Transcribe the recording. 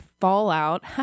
fallout